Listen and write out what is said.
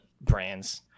brands